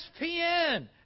ESPN